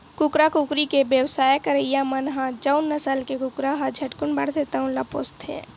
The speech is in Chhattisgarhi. कुकरा, कुकरी के बेवसाय करइया मन ह जउन नसल के कुकरा ह झटकुन बाड़थे तउन ल पोसथे